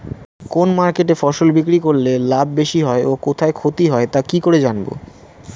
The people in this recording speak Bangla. কোন মার্কেটে ফসল বিক্রি করলে লাভ বেশি হয় ও কোথায় ক্ষতি হয় তা কি করে জানবো?